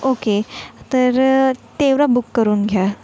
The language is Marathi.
ओके तर तेवरा बुक करून घ्या